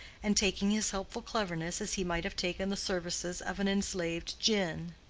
and taking his helpful cleverness as he might have taken the services of an enslaved djinn.